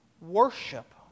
worship